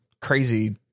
crazy